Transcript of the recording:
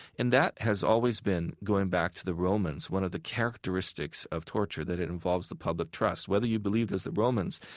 and that has always been, going back to the romans, one of the characteristics of torture, that it involves the public trust. whether you believe, as the romans,